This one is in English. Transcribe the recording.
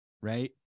right